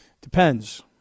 Depends